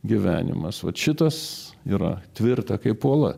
gyvenimas vat šitas yra tvirta kaip uola